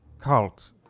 cult